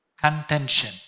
contention